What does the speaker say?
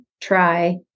Try